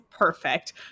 perfect